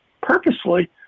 purposely